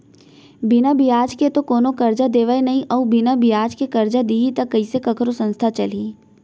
बिना बियाज के तो कोनो करजा देवय नइ अउ बिना बियाज के करजा दिही त कइसे कखरो संस्था चलही